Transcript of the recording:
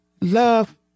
love